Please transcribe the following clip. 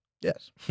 Yes